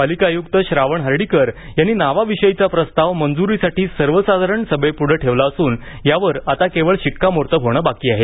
पालिका आयुक्त श्रावण हर्डीकर यांनी नावाविषयीचा प्रस्ताव मंजुरीसाठी सर्वसाधारण सभेप्ढे ठेवला असून यावर आता केवळ शिक्कामोर्तब होणं बाकी आहे